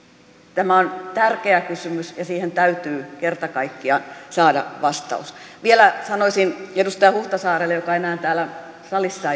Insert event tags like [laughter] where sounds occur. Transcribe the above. tämä on tärkeä kysymys ja siihen täytyy kerta kaikkiaan saada vastaus vielä sanoisin edustaja huhtasaarelle joka enää täällä salissa [unintelligible]